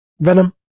Venom